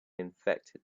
infected